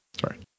Sorry